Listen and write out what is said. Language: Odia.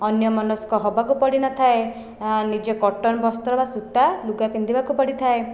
ଅନ୍ୟମନସ୍କ ହେବାକୁ ପଡ଼ିନଥାଏ ନିଜେ କଟନ୍ ବସ୍ତ୍ର ବା ସୂତା ଲୁଗା ପିନ୍ଧିବାକୁ ପଡ଼ିଥାଏ